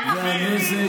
ממילא,